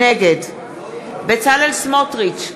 נגד בצלאל סמוטריץ,